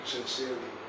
sincerely